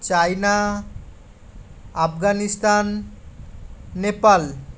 China Afghanistan Nepal